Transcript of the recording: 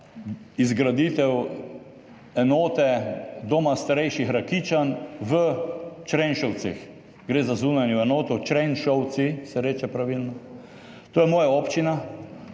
izgraditev enote Doma starejših Rakičan v Črenšovcih, gre za zunanjo enoto. Črenšovci se reče pravilno. To je moja občina.